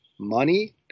money